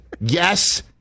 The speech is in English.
Yes